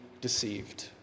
deceived